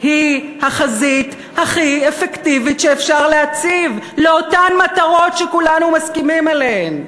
היא החזית הכי אפקטיבית שאפשר להציב לאותן מטרות שכולנו מסכימים עליהן.